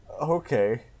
okay